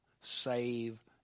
save